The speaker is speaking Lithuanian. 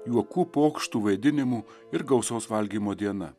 juokų pokštų vaidinimų ir gausos valgymo diena